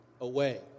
away